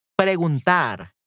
preguntar